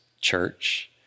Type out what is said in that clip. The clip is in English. church